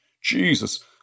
Jesus